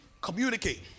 communicate